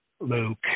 Luke